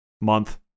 month